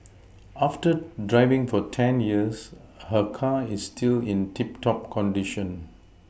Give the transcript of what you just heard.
after driving for ten years her car is still in tip top condition